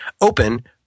Open